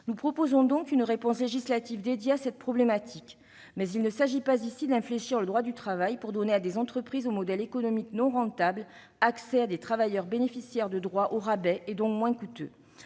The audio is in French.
nous proposons une réponse législative dédiée à cette problématique, mais il n'est pas question d'infléchir le droit du travail pour donner à des entreprises au modèle économique non rentable accès à des travailleurs bénéficiaires de droits au rabais et, donc, moins coûteux.